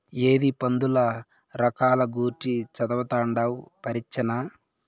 ఏందీ పందుల రకాల గూర్చి చదవతండావ్ పరీచ్చనా